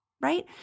Right